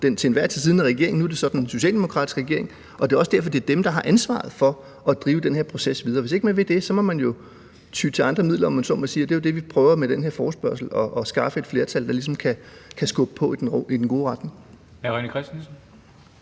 den til enhver tid siddende regering. Nu er det så den socialdemokratiske regering, og det er også derfor, det er dem, der har ansvaret for at drive den her proces videre, og hvis ikke man vil det, må man jo ty til andre midler, om man så må sige. Det er jo det, vi prøver på med den her forespørgsel, nemlig at skaffe et flertal, der ligesom kan skubbe på i den gode retning. Kl. 10:33 Formanden